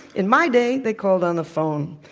in my day, they called on the phone.